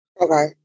Okay